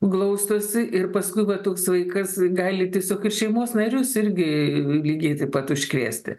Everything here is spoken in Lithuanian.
glaustosi ir paskui va toks vaikas gali tiesiog ir šeimos narius irgi lygiai taip pat užkrėsti